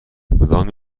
کدام